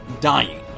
dying